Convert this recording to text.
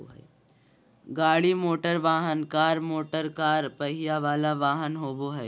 गाड़ी मोटरवाहन, car motorcar पहिया वला वाहन होबो हइ